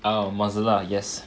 !wow! Mozilla yes